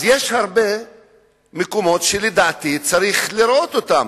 יש הרבה מקומות שלדעתי צריך לראות אותם,